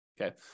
okay